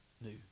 new